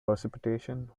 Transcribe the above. precipitation